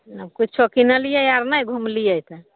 किच्छो किनलियै आर नहि घुमलियै से